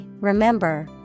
remember